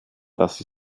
das